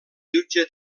jutge